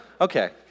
Okay